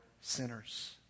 sinners